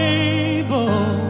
able